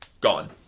gone